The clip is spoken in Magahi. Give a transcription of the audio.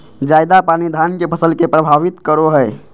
ज्यादा पानी धान के फसल के परभावित करो है?